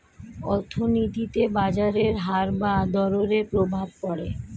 অর্থনীতিতে বাজারের হার বা দরের প্রভাব পড়ে